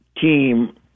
team